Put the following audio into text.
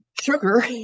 sugar